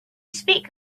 speak